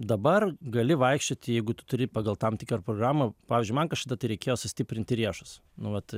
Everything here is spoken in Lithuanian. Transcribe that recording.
dabar gali vaikščioti jeigu tu turi pagal tam tikrą programą pavyzdžiui man kažkada tai reikėjo sustiprinti riešus nu vat